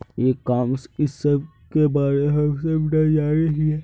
ई commerce इस सब के बारे हम सब ना जाने हीये?